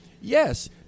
Yes